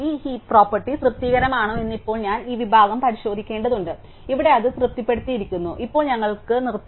ഈ heap property തൃപ്തികരമാണോ എന്ന് ഇപ്പോൾ ഞാൻ ഈ വിഭാഗം പരിശോധിക്കേണ്ടതുണ്ട് ഇവിടെ അത് തൃപ്തിപ്പെട്ടിരിക്കുന്നു ഇപ്പോൾ ഞങ്ങൾക്ക് നിർത്തണം